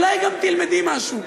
אולי גם תלמדי משהו.